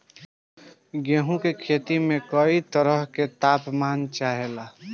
गेहू की खेती में कयी तरह के ताप मान चाहे ला